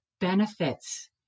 benefits